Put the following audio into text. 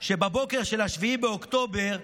שבבוקר של 7 באוקטובר,